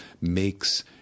makes